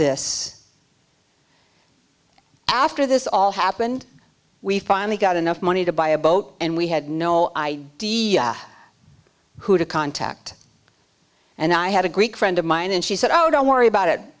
this after this all happened we finally got enough money to buy a boat and we had no idea who to contact and i had a greek friend of mine and she said oh don't worry about it